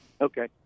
Okay